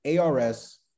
ARS